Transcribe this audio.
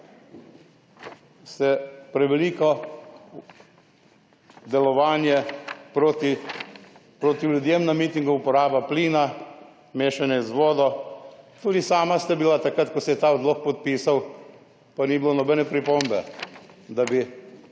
stepreveliko delovanje proti ljudem na mitingu, uporaba plina, mešanje z vodo. Tudi sama sta bila takrat, ko se je ta odlok podpisal, pa ni bilo nobene pripombe, da bi sama